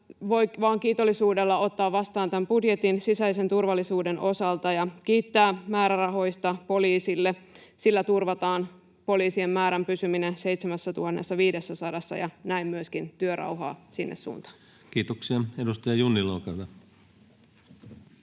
voi vaan kiitollisuudella ottaa vastaan tämän budjetin sisäisen turvallisuuden osalta ja kiittää määrärahoista poliisille. Niillä turvataan poliisien määrän pysyminen 7 500:ssa ja näin myöskin työrauhaa sinne suuntaan. Kiitoksia. — Edustaja Junnila, olkaa hyvä.